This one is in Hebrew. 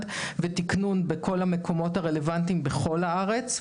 ותקנון בכל המקומות הרלוונטיים בכל הארץ,